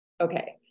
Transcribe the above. Okay